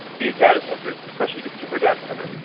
these data centres, especially the super data centres,